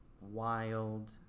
wild